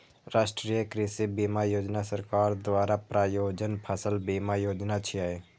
राष्ट्रीय कृषि बीमा योजना सरकार द्वारा प्रायोजित फसल बीमा योजना छियै